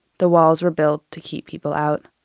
the walls were built to keep people out